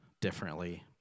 differently